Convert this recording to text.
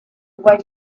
away